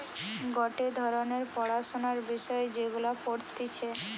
গটে ধরণের পড়াশোনার বিষয় যেগুলা পড়তিছে